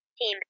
team